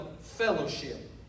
fellowship